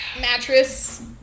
mattress